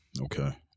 Okay